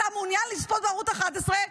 אתה מעוניין לצפות בערוץ 11?